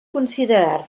considerar